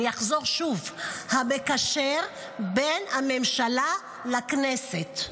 אני אחזור שוב, המקשר בין הממשלה לכנסת,